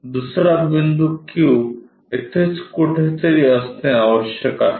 तर दुसरा बिंदू Q येथेच कुठेतरी असणे आवश्यक आहे